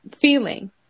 feeling